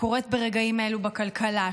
קורית ברגעים אלה בכלכלה,